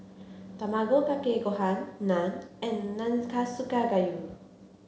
Tamago Kake Gohan Naan and Nanakusa Gayu